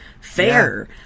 fair